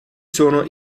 sono